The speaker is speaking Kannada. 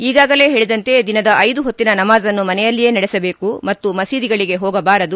ಈಗಾಗಲೇ ಹೇಳದಂತೆ ದಿನದ ಐದು ಹೊತ್ತಿನ ನಮಾಜನ್ನು ಮನೆಯಲ್ಲಿಯೇ ನಡೆಸಬೇಕು ಮತ್ತು ಮಸೀದಿಗಳಿಗೆ ಹೋಗಬಾರದು